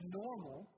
normal